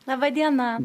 laba diena